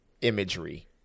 imagery